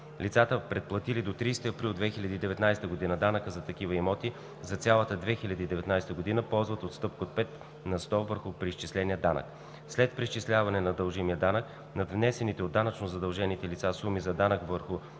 Лицата, предплатили до 30 април 2019 г. данъка за такива имоти за цялата 2019 г., ползват отстъпка от 5 на сто върху преизчисления данък. След преизчисляване на дължимия данък, надвнесените от данъчно задължените лица суми за данък върху